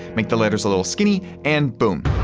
make the letters a little skinny and boom.